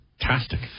Fantastic